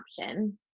option